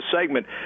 segment